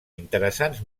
interessants